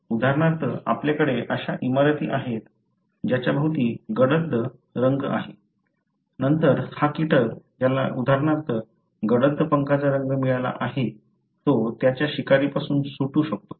उदाहरणार्थ आपल्याकडे अशा इमारती आहेत ज्याभोवती गडद रंग आहे नंतर हा कीटक ज्याला उदाहरणार्थ गडद पंखांचा रंग मिळाला आहे तो त्याच्या शिकारीपासून सुटू शकतो